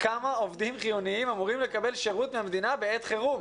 כמה עובדים חיוניים אמורים לקבל שירות מהמדינה בעת חירום,